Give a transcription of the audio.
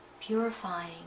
purifying